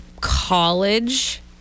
college